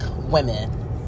women